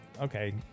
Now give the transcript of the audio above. okay